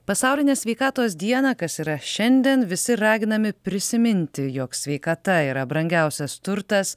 pasaulinę sveikatos dieną kas yra šiandien visi raginami prisiminti jog sveikata yra brangiausias turtas